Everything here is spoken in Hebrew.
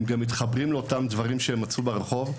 הם גם מתחברים לאותם דברים שהם מצאו ברחוב.